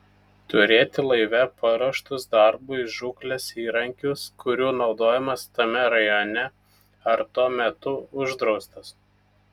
turėti laive paruoštus darbui žūklės įrankius kurių naudojimas tame rajone ar tuo metu uždraustas